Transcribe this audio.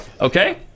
Okay